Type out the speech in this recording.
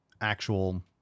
actual